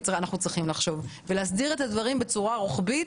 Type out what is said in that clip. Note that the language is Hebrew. צריכים לחשוב ולהסדיר את הדברים בצורה רוחבית.